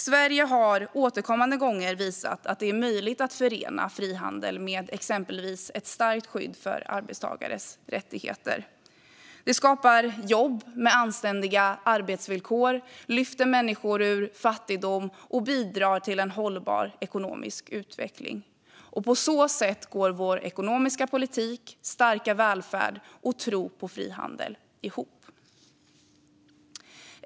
Sverige har återkommande visat att det är möjligt att förena frihandel med exempelvis ett starkt skydd för arbetstagares rättigheter. Det skapar jobb med anständiga arbetsvillkor, lyfter människor ur fattigdom och bidrar till en hållbar ekonomisk utveckling. På så sätt hänger vår ekonomiska politik, starka välfärd och tro på frihandel ihop.